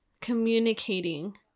communicating